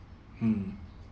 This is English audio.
mm